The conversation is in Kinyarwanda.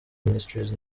ministries